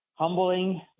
Humbling